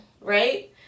right